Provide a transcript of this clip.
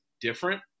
different